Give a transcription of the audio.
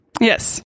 Yes